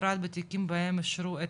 בפרט בתיקים בהם אישורו,